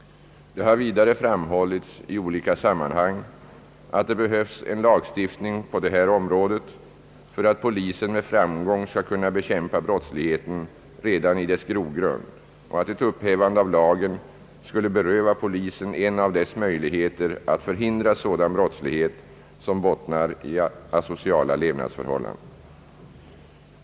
Det har vidare framhållits i olika sammanhang att det behövs en lagstiftning på detta område för att polisen med framgång skall kunna bekämpa brottsligheten redan i dess grogrund och att ett upphävande av lagen skulle beröva polisen en av dess möjligheter att förhindra sådan brottslighet som bottnar i asociala levnadsförhållanden.